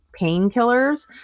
painkillers